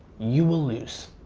you will lose.